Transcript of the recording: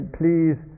please